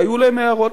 והיו להם הערות,